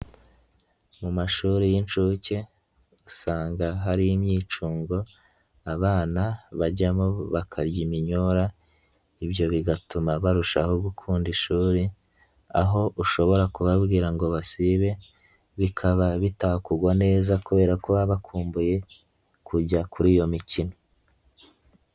Mu mashuri y'inshuke usanga hari imyicunngo abana bajyamo bakarya iminyora ibyo bigatuma barushaho gukunda ishuri, aho ushobora kubabwira ngo basibe bikaba bitakugwa neza kubera ko baba bakumbuye kujya kuri iyo mikino.